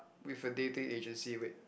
with a dating agency wait